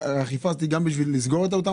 האכיפה הזאת היא גם בשביל לסגור את אותן